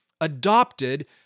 adopted